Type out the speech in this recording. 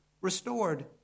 restored